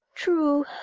true,